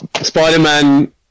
Spider-Man